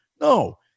No